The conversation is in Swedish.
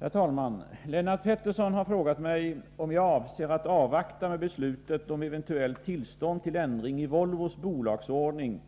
Herr talman! Lennart Pettersson har frågat mig om jag avser att avvakta med beslutet om eventuellt tillstånd till ändring i Volvos bolagsordning